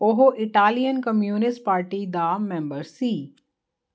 ਉਹ Italian communist party ਦਾ member ਸੀ